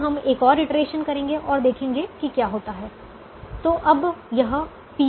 अब हम एक और इटरेशन करेंगे और देखेंगे कि क्या होता है